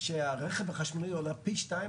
עלתה כאן טענה שהרכב החשמלי עולה פי 2,